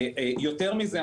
יותר מזה,